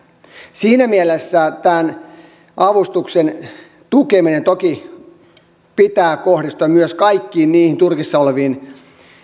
siinä mielessä tämän avustuksen tukemisen toki pitää kohdistua myös kaikkiin niihin turkissa oleviin